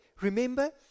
Remember